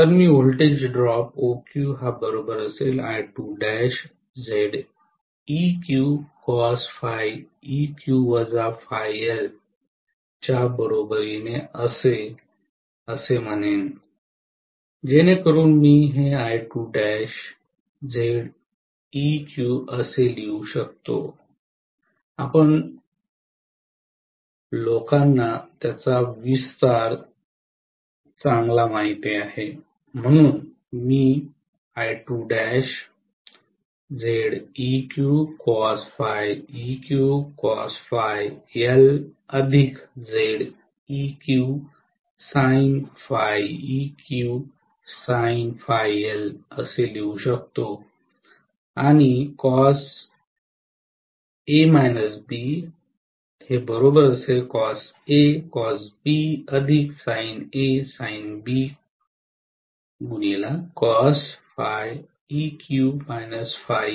तर मी voltage drop च्या बरोबरीने असे म्हणेन जेणेकरून मी हे असे लिहू शकतो आपण लोकांना त्याचा विस्तार चांगला माहित आहे म्हणून मी लिहू शकतो आणि cos cosA cosBsinA sin B